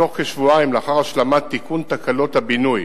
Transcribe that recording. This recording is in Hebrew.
בתוך כשבועיים, לאחר השלמת תיקון תקלות הבינוי,